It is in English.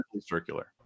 circular